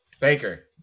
Baker